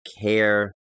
care